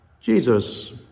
Jesus